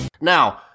Now